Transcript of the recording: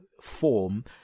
form